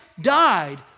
died